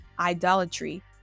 idolatry